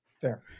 Fair